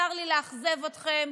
צר לי לאכזב אתכם,